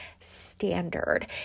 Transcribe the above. standard